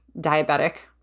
diabetic